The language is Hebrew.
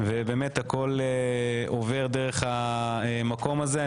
ובאמת הכול עובר דרך המקום הזה.